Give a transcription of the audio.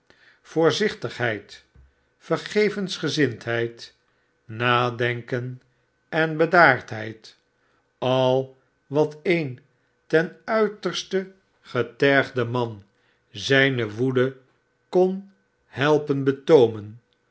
voorzichtigheid vergevensgezindheid nadenken en bedaardheid al wat een ten uiterste getergden man zijne woede kon helpen betoomen